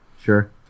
Sure